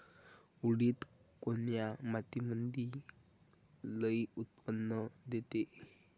उडीद कोन्या मातीमंदी लई उत्पन्न देते?